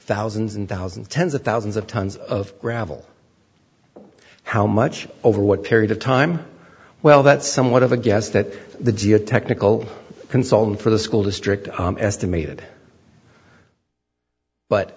thousands and thousands tens of thousands of tons of gravel how much over what period of time well that's somewhat of a guess that the geotechnical consulting for the school district estimated but